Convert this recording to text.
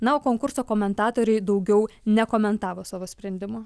na o konkurso komentatoriai daugiau nekomentavo savo sprendimo